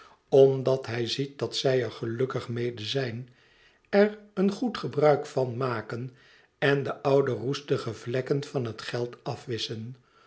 omdat hij ziet dat zij er gelukkig mede zijn er een goed gebruik van maken en de oude roestige vlekken van het geld afwisschen